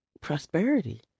prosperity